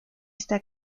esta